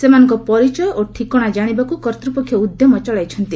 ସେମାନଙ୍କର ପରିଚୟ ଓ ଠିକଣା ଜାଣିବାକୁ କର୍ତ୍ତୃପକ୍ଷ ଉଦ୍ୟମ ଚଳାଇଛନ୍ତି